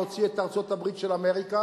להוציא את ארצות-הברית של אמריקה.